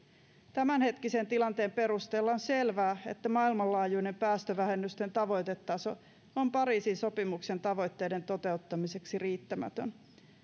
tämänhetkisen tilanteen perusteella on selvää että maailmanlaajuinen päästövähennysten tavoitetaso on pariisin sopimuksen tavoitteiden toteuttamiseksi riittämätön